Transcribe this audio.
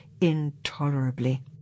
intolerably